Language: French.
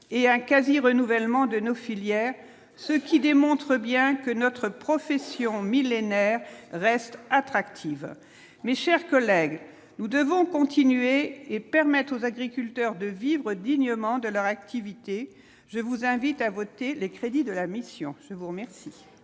et un quasi-renouvellement de nos filières, ce qui démontre bien que notre profession millénaire reste attractive, mes chers collègues, nous devons continuer et permettent aux agriculteurs de vivre dignement de leur activité, je vous invite à voter les crédits de la mission, je vous remercie.